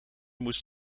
moest